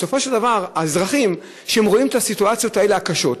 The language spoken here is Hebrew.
בסופו של דבר האזרחים רואים את הסיטואציות הקשות האלה,